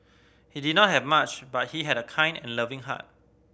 he did not have much but he had a kind and loving heart